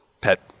pet